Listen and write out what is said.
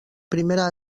primera